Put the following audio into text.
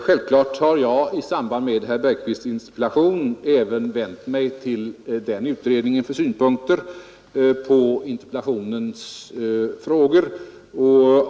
Självfallet har jag i samband med herr Bergqvists interpellation vänt mig även till den utredningen för att få synpunkter på interpellantens frågor.